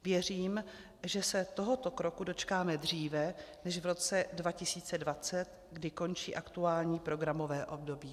Věřím, že se tohoto kroku dočkáme dříve než v roce 2020, kdy končí aktuální programové období.